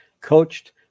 coached